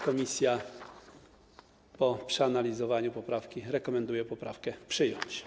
Komisja po przeanalizowaniu poprawki rekomenduje poprawkę przyjąć.